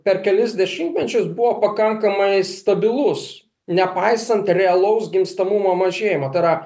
per kelis dešimtmečius buvo pakankamai stabilus nepaisant realaus gimstamumo mažėjimo tai yra